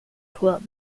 club